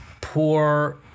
poor